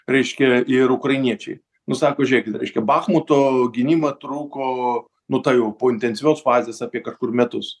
reiškia ir ukrainiečiai nu sako žėkit reiškia bachmuto gynimą truko nu ta jau po intensyvios fazės apie kažkur metus